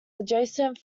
adjacent